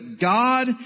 God